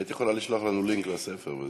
היית יכולה לשלוח לנו לינק לספר וזהו.